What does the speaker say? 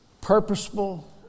purposeful